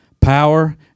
Power